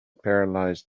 paralysed